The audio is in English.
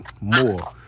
more